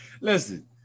listen